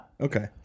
Okay